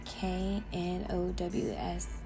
K-N-O-W-S